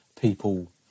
people